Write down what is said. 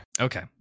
Okay